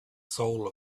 soul